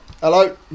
Hello